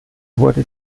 wurde